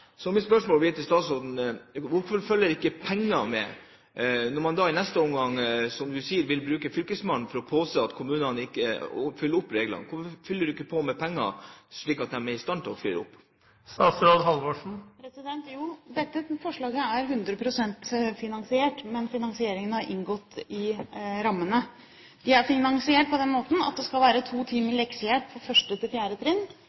Så mitt spørsmål til statsråden blir: Hvorfor følger det ikke penger med, når man i neste omgang, som statsråden sier, vil bruke fylkesmannen for å påse at kommunene følger opp reglene? Hvorfor fyller ikke statsråden på med penger, slik at de er i stand til å følge opp? Jo, dette forslaget er 100 pst. finansiert, men finansieringen har inngått i rammene. Det er finansiert på den måten at det skal være leksehjelp på 1.–4. trinn, men kommunen kan organisere det f.eks. slik at det gis én time på 1. trinn